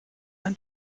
ein